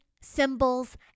symbols